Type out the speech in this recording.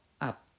up